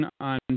on